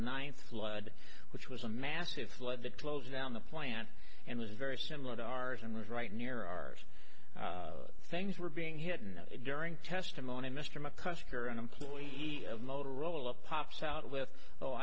ninth flood which was a massive flood that closed down the plant and was very similar to ours and was right near ours things were being hidden during testimony mr mccusker an employee of motorola pops out with oh